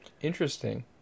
Interesting